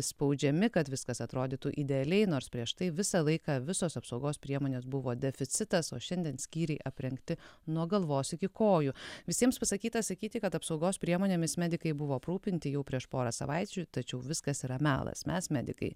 spaudžiami kad viskas atrodytų idealiai nors prieš tai visą laiką visos apsaugos priemonės buvo deficitas o šiandien skyriai aprengti nuo galvos iki kojų visiems pasakyta sakyti kad apsaugos priemonėmis medikai buvo aprūpinti jau prieš porą savaičių tačiau viskas yra melas mes medikai